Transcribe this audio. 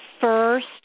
first